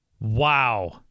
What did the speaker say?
Wow